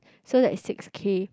so that's six K